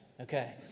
okay